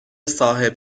صاحب